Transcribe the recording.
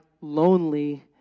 lonely